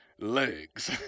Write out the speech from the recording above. legs